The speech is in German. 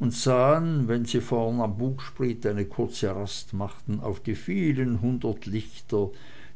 und sahen wenn sie vorn am bugspriet eine kurze rast machten auf die vielen hundert lichter